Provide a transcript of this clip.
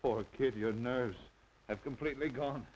for a kid your nerves have completely gone